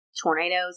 Tornadoes